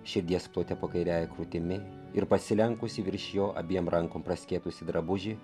širdies plote po kairiąja krūtimi ir pasilenkusi virš jo abiem rankom praskėtusi drabužį